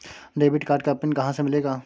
Debit card का PIN कहां से मिलेगा?